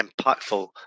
impactful